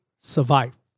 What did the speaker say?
survive